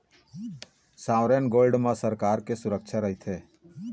sovereign gold म सरकार के सुरक्छा रहिथे